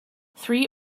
three